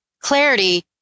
clarity